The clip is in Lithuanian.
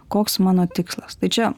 koks mano tikslas tai čia